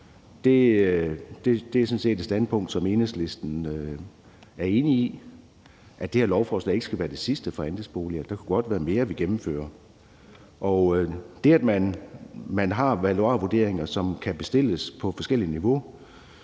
set et standpunkt, som Enhedslisten er enig i, altså at det her lovforslag ikke skal være det sidste for andelsboliger. Det kan godt være, at vi gennemfører mere, og det, at man har valuarvurderinger, som kan bestilles på forskelligt niveau,